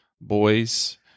boys